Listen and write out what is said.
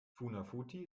funafuti